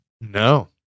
No